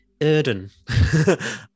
Erden